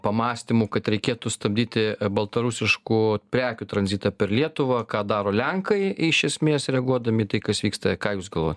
pamąstymų kad reikėtų stabdyti baltarusiškų prekių tranzitą per lietuvą ką daro lenkai iš esmės reaguodami į tai kas vyksta ką jūs galvoja